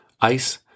ICE